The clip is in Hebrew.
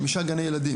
חמישה גני ילדים.